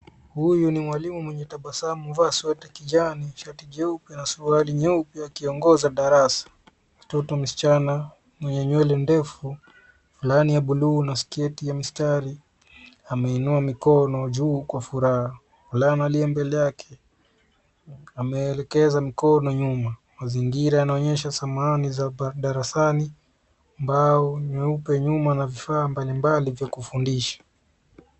Huyu ni mwalimu mwenye tabasamu, amevaa sweta ya kijani, shati jeupe na suruali nyeupe akiongoza darasa. Mtoto msichana mwenye nywele ndefu, fulana ya buluu na sketi ya mistari ameinua mikono juu kwa furaha. Mvulana aliye mbele yake ameelekeza mikono nyuma, mazingira yanaonyesha samani za darasani, mbao nyeupe nyuma na vifaa mbalimbali vya kufundisha.